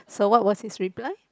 so what was his reply